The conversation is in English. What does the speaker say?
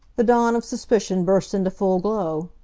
the dawn of suspicion burst into full glow.